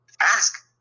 ask